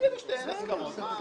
תגידו שאין הסכמות.